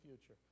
future